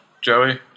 Joey